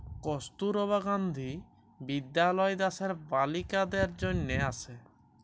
কস্তুরবা গান্ধী বিদ্যালয় দ্যাশের বালিকাদের জনহে আসে